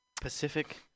Pacific